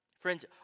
Friends